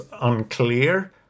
unclear